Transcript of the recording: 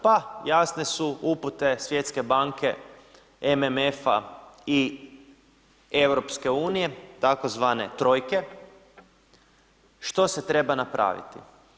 Pa jasne su upute Svjetske banke MMF-a i EU, tzv. trojke što se treba napraviti.